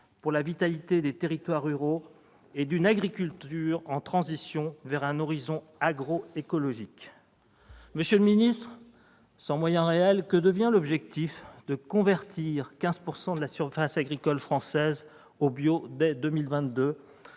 pour la vitalité des territoires ruraux, et une agriculture en transition vers un horizon agroécologique. Monsieur le ministre, sans moyens réels, que devient l'objectif de convertir 15 % de la surface agricole française au bio dès 2022,